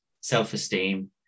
self-esteem